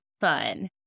fun